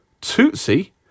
Tootsie